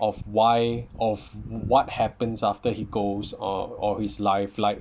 of why of what happens after he goes uh or his life like